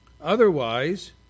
Otherwise